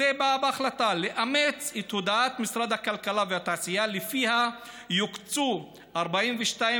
זה בא בהחלטה לאמץ את הודעת משרד הכלכלה והתעשייה שלפיה יוקצו 42.5%